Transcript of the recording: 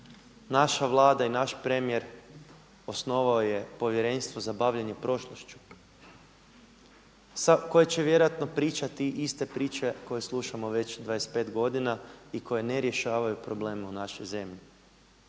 naša Vlada i naš premijer osnovao je povjerenstvo za bavljenje prošlošću koje će vjerojatno pričati iste priče koje slušamo već 25 godina i koje ne rješavaju probleme u našoj zemlji.